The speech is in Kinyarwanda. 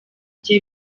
bye